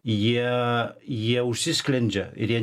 jie jie užsisklendžia ir jie